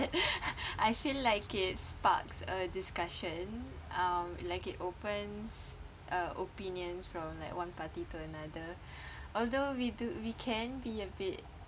I feel like it sparks a discussion um like it opens uh opinions from like one party to another although we do we can be a bit